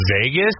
Vegas